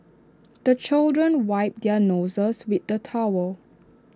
the children wipe their noses with the towel